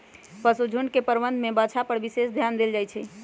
पशुझुण्ड के प्रबंधन में बछा पर विशेष ध्यान देल जाइ छइ